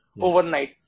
overnight